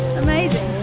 amazing.